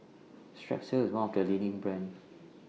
Strepsils IS one of The leading brands